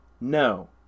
No